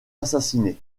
assassiné